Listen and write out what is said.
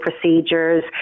procedures